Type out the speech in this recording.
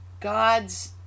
God's